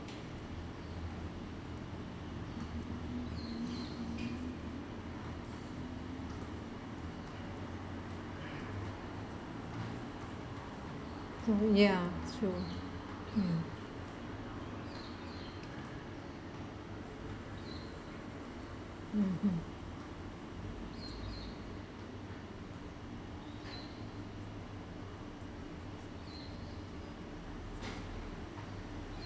ya true mm mm mm